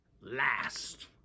last